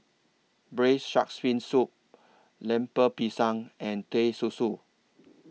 Braised Sharks Fin Soup Lemper Pisang and Teh Susu